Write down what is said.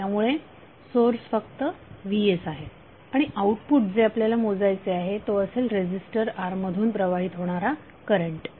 त्यामुळे सोर्स फक्त vsआहे आणि आउटपुट जे आपल्याला मोजायचे आहे तो असेल रेझीस्टर R मधून प्रवाहित होणारा करंट